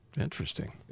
Interesting